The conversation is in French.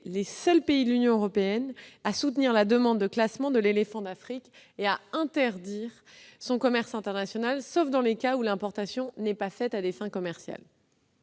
les seuls pays de l'Union européenne à soutenir la demande de classement de l'éléphant d'Afrique et à interdire son commerce international, sauf dans des cas où l'importation n'est pas faite à des fins commerciales.